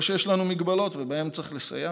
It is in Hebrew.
או שיש לנו מגבלות ובהן צריך לסייע,